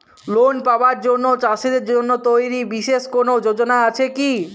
Loan পাবার জন্য চাষীদের জন্য তৈরি বিশেষ কোনো যোজনা আছে কি?